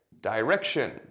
direction